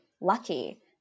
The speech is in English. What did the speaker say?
lucky